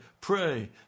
pray